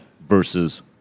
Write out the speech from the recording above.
versus